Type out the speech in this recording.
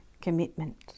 commitment